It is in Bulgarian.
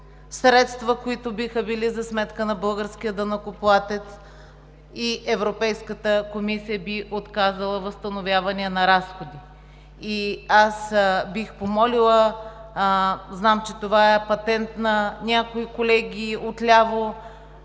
средства, които биха били за сметка на българския данъкоплатец и Европейската комисия би отказала възстановявания на разход. Знам, че това е патент на някои колеги от ляво.